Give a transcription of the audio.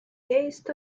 east